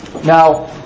Now